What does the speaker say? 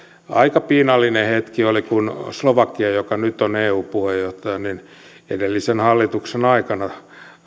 aika piinallinen hetki oli kun slovakiassa joka nyt on eu puheenjohtaja edellisen hallituksen aikana